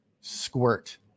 squirt